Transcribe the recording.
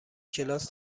کلاس